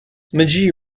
magee